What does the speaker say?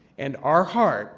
and our heart